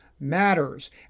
matters